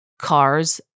cars